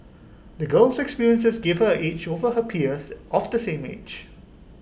the girl's experiences gave her an edge over her peers of the same age